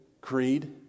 creed